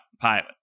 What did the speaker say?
Pilot